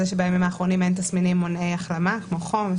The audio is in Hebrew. שבימים האחרונים אין תסמינים מונעי החלמה כמו חום.